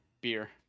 beer